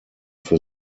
für